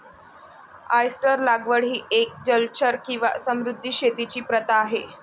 oyster लागवड ही एक जलचर किंवा समुद्री शेतीची प्रथा आहे